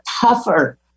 tougher